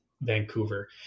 Vancouver